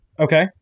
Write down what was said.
Okay